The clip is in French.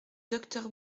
docteur